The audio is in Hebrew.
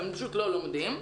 הם פשוט לא לומדים.